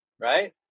right